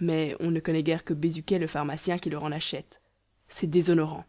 mais on ne connaît guère que bézuquet le pharmacien qui leur en achète c'est déshonorant